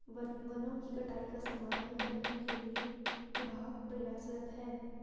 वनों की कटाई का समाधान करने के लिए विभाग प्रयासरत है